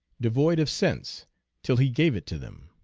devoid of sense till he gave it to them.